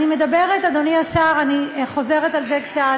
אני מדברת, אדוני השר, אני חוזרת על זה קצת,